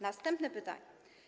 Następne pytanie.